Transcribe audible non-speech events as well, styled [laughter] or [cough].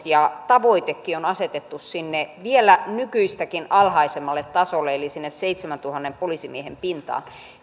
[unintelligible] ja tavoitekin on asetettu sinne vielä nykyistäkin alhaisemmalle tasolle eli sinne seitsemäntuhannen poliisimiehen pintaan